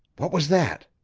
what was that!